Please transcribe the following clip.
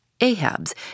Ahab's